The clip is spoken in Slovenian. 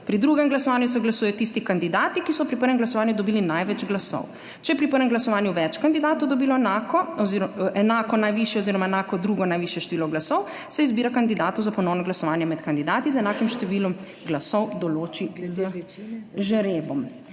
Pri drugem glasovanju se glasujejo tisti kandidati, ki so pri prvem glasovanju dobili največ glasov. Če je pri prvem glasovanju več kandidatov dobilo enako oziroma enako najvišje oziroma enako drugo najvišje število glasov, se izbira kandidatov za ponovno glasovanje med kandidati z enakim številom glasov določi z žrebom.«